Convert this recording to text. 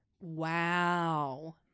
Wow